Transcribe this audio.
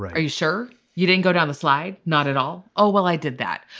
are you sure you didn't go down the slide. not at all. oh well i did that.